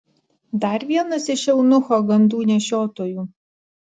dar vienas iš eunucho gandų nešiotojų